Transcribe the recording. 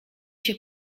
się